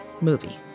movie